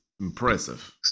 impressive